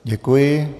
Děkuji.